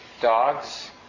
dogs